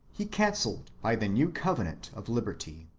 he cancelled by the new covenant of liberty.